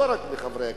לא רק מחברי הכנסת,